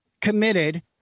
committed